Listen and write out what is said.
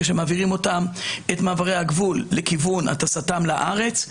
שמעבירים אותם את מעברי הגבול לכיוון הטסתם לארץ.